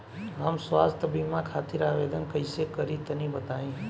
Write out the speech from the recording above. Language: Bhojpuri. हम स्वास्थ्य बीमा खातिर आवेदन कइसे करि तनि बताई?